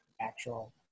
actual